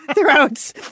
throats